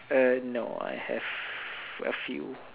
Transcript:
err no I have a few